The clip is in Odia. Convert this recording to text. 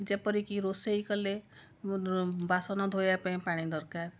ଯେପରିକି ରୋଷେଇ କଲେ ବାସନ ଧୋଇବାପେଇଁ ପାଣି ଦରକାର